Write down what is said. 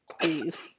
please